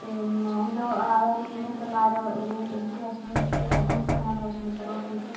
പിന്നെ എന്തോ അതായത് വീട്ടിൻ്റെ അടുത്തുള്ള ആരോ എലി വിഷം എലിക്ക് വിഷം വെച്ചിട്ട് മീനിലെങ്ങാണ്ട് വിഷം വെച്ച് അപ്പോൾ പൂച്ച